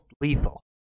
lethal